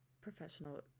professional